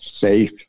safe